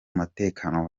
mutekano